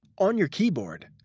on your keyboard,